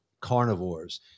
carnivores